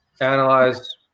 analyze